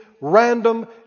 random